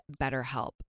BetterHelp